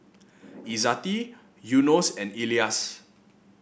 Izzati Yunos and Elyas